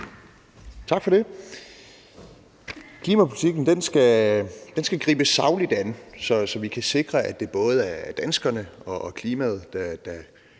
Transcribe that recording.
Tak for det. Klimapolitikken skal gribes sagligt an, så vi kan sikre, at det både er danskerne og klimaet,